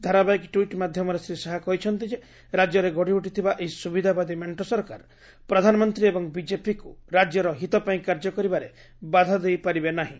ଧାରାବାହିକ ଟ୍ସିଟ୍ ମାଧ୍ୟମରେ ଶ୍ରୀ ଶାହା କହିଛନ୍ତି ଯେ ରାଜ୍ୟରେ ଗଢ଼ିଉଠିଥିବା ଏହି ସୁବିଧାବାଦୀ ମେଣ୍ଟ ସରକାର ପ୍ରଧାନମନ୍ତ୍ରୀ ଏବଂ ବିଜେପିକୁ ରାଜ୍ୟର ହିତ ପାଇଁ କାର୍ଯ୍ୟ କରିବାରେ ବାଧା ଦେଇପାରିବ ନାହିଁ